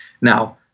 Now